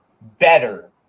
better